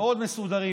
ומאוד מסודרים,